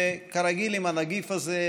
וכרגיל עם הנגיף הזה,